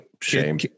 shame